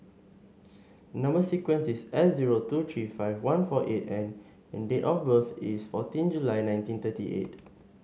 number sequence is S zero two three five one four eight N and date of birth is fourteen July nineteen thirty eight